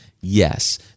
Yes